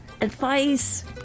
advice